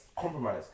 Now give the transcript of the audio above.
compromise